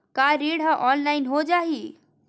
का ऋण ह ऑनलाइन हो जाही?